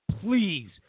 please